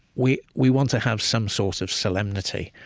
we we want to have some sort of solemnity,